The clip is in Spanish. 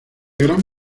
gran